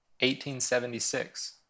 1876